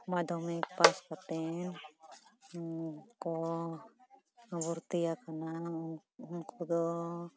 ᱢᱟᱫᱷᱚᱢᱤᱠ pass ᱠᱟᱛᱮ ᱠᱚ ᱵᱷᱚᱨᱛᱤᱭᱟᱠᱟᱱᱟ ᱩᱱ ᱩᱱᱠᱩ ᱫᱚ